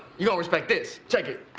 you gonna respect this. check it.